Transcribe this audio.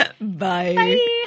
Bye